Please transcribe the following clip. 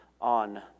on